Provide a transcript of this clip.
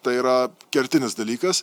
tai yra kertinis dalykas